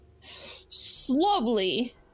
Slowly